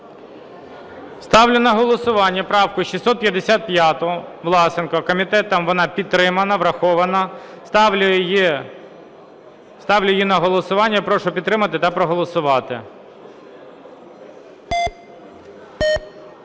Ставлю на голосування правку 655 Власенка, комітетом вона підтримана, врахована. Ставлю її на голосування. Прошу підтримати та проголосувати.